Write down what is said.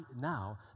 now